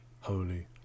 holy